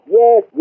yes